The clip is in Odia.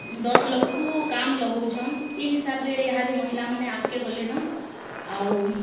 ତାଙ୍କୁର୍ ତଲେ ଦଶ୍ ଲୋକଙ୍କୁ କାମ୍ ଲଗଉଛନ୍ ଇ ହିସାବରେ ଇହାଦେ ମହିଲାମାନେ ଆଗକେ ଗଲେନ ଆଉ